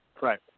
Right